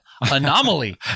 Anomaly